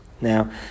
Now